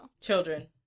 Children